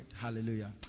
Hallelujah